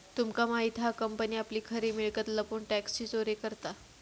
तुमका माहित हा कंपनी आपली खरी मिळकत लपवून टॅक्सची चोरी करता